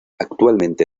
actualmente